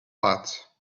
parts